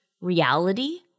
reality